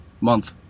month